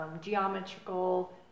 geometrical